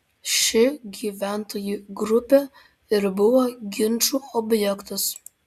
ši gyventojų grupė ir buvo ginčų objektas